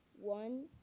one